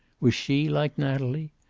was she like natalie?